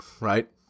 right